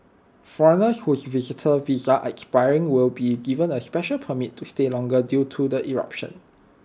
foreigners whose visitor visa are expiring will be given A special permit to stay longer due to the eruption